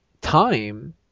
Time